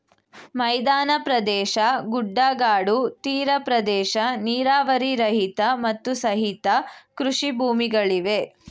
ಮೈದಾನ ಪ್ರದೇಶ, ಗುಡ್ಡಗಾಡು, ತೀರ ಪ್ರದೇಶ, ನೀರಾವರಿ ರಹಿತ, ಮತ್ತು ಸಹಿತ ಕೃಷಿ ಭೂಮಿಗಳಿವೆ